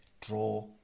draw